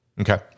Okay